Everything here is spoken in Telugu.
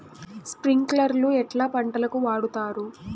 స్ప్రింక్లర్లు ఎట్లా పంటలకు వాడుతారు?